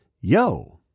yo